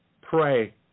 pray